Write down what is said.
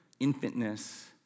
infantness